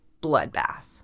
bloodbath